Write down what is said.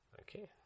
Okay